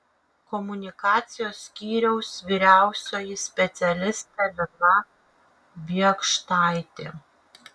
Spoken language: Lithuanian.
komunikacijos skyriaus vyriausioji specialistė lina biekštaitė